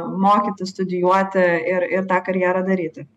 mokytis studijuoti ir ir tą karjerą daryti